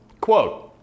Quote